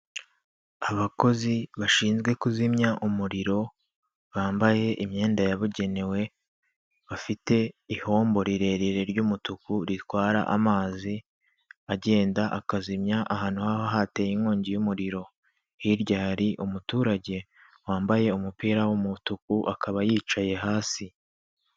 Abakozi bashinzwe kuzimya umuriro bambaye imyenda yabugenewe bafite ihombo rirerire ry'umutuku ritwara amazi agenda akazizimya ahantu hateye inkongi y'umuriro, hirya hari umuturage wambaye umupira w'umutuku akaba yicaye hasi.